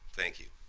thank you.